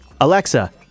alexa